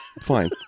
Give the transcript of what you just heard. Fine